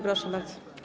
Proszę bardzo.